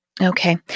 Okay